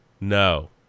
No